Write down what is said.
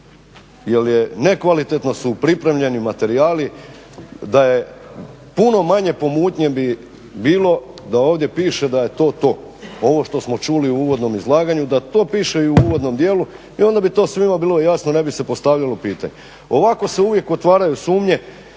jer nekvalitetno su pripremljeni materijali. Da je puno manje pomutnje bi bilo da ovdje piše da je to to, ovo što smo čuli u uvodnom izlaganju da to piše i u uvodnom dijelu i onda bi to svima bilo jasno ne bi se postavljalo pitanje. Ovako se uvijek otvaraju sumnje